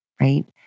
right